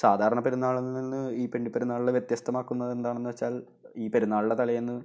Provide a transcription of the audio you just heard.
സാധാരണ പെരുന്നാളില് നിന്ന് ഈ പിണ്ടി പെരുന്നാളിനെ വ്യത്യസ്തമാക്കുന്നതെന്താണെന്നു വെച്ചാല് ഈ പെരുന്നാളിന്റ തലേന്ന്